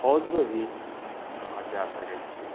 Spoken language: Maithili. फौजमे भी अहाँ जाए सकै छियै